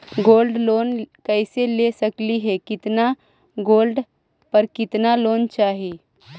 Gold loan कैसे ले सकली हे, कितना गोल्ड पर कितना लोन चाही?